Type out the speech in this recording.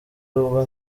ubwo